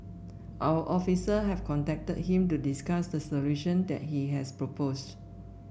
our officer have contacted him to discuss the solution that he has proposed